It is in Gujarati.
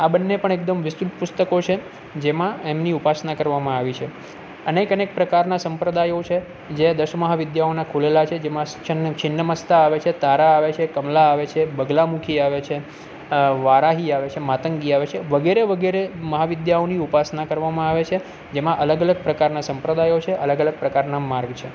આ બંને પણ એકદમ વિસ્તૃત પુસ્તકો છે જેમાં એમની ઉપાસના કરવામાં આવી છે અનેક અનેક પ્રકારના સંપ્રદાયો છે જે દસ મહાવિદ્યાઓના ખુલેલા છે જેમાં છન્ન છીન્ન મસ્તા આવે છે તારા આવે છે કમલા આવે છે બગલા મુખી આવે છે વારાહી આવે છે માતંગી આવે છે વગેરે વગેરે મહાવિદ્યાઓની ઉપાસના કરવામાં આવે છે જેમાં અલગ અલગ પ્રકારના સંપ્રદાયો છે અલગ અલગ પ્રકારના માર્ગ છે